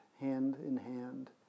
hand-in-hand